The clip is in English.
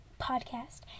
podcast